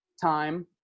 time